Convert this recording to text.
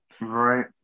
Right